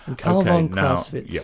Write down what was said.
karl von clausewitz. yeah